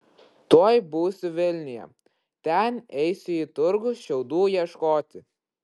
tuoj būsiu vilniuje ten eisiu į turgų šiaudų ieškoti